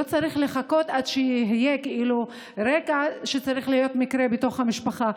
לא צריך לחכות עד שיהיה רקע ושיהיה מקרה בתוך המשפחה.